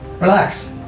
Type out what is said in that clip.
relax